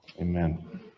Amen